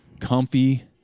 comfy